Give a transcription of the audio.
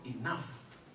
enough